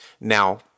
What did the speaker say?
Now